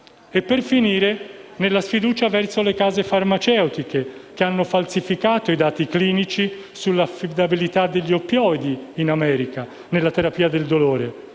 - e anche nella sfiducia verso le case farmaceutiche, che in America hanno falsificato i dati clinici sull'affidabilità degli oppioidi nella terapia del dolore.